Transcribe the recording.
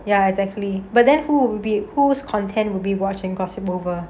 ya exactly but then who would who's content we will be watching with crossing over